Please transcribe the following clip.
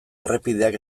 errepideak